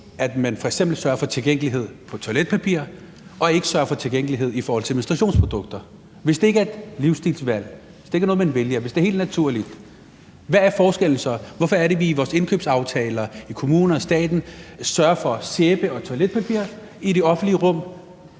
at man f.eks. sørger for tilgængelighed af toiletpapir, men ikke sørger for tilgængelighed af menstruationsprodukter? Hvis det ikke er et livsstilsvalg, hvis det ikke er noget, man vælger, hvis det er helt naturligt, hvad er så forskellen? Hvorfor er det så, vi i vores indkøbsaftaler i kommuner og staten sørger for sæbe og toiletpapir i det offentlige rum?